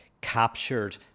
captured